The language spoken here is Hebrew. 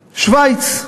שווייץ.